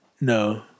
No